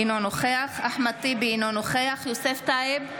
אינו נוכח אחמד טיבי, אינו נוכח יוסף טייב,